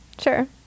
Sure